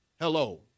hello